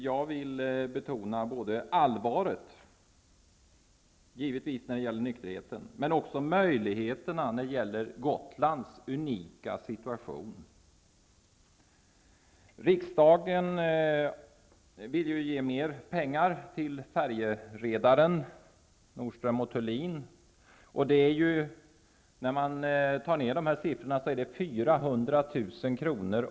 Jag vill givetvis betona allvaret när det gäller nykterhet men också möjligheterna när det gäller Gotlands unika situation. Nordström & Thulin. Det är ungefär 400 000 kr.